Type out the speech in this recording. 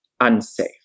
unsafe